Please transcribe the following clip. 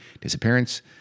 disappearance